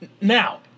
Now